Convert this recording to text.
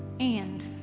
and